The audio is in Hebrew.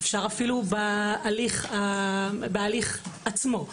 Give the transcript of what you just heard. אפשר אפילו בהליך עצמו,